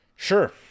Sure